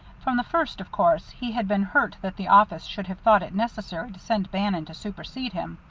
from the first, of course, he had been hurt that the office should have thought it necessary to send bannon to supersede him,